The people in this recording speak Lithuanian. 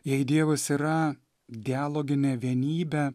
jei dievas yra dialoginė vienybė